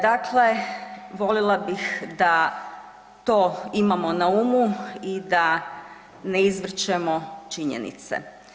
Dakle, volila bi da to imamo na umu i da ne izvrćemo činjenice.